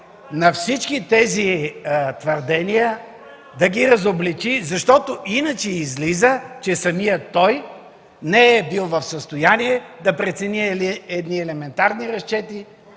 на всички тези твърдения, да ги разобличи, защото иначе излиза, че самият той не е бил в състояние да прецени едни елементарни разчети